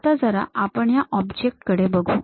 आता जरा आपण या ऑब्जेक्ट कडे बघू